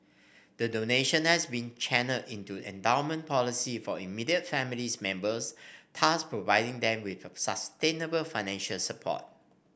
the donation has been channelled into endowment policy for immediate families members thus providing them with sustainable financial support